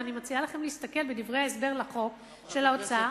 ואני מציעה לכם להסתכל בדברי ההסבר לחוק של האוצר,